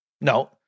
No